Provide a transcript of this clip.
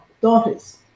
daughters